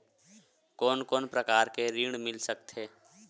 कोन कोन प्रकार के ऋण मिल सकथे?